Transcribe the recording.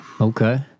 Okay